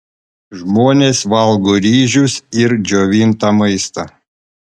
žmonės valgo ryžius ir džiovintą maistą